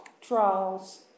trials